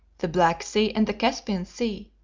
the black sea, and the caspian sea,